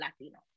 Latino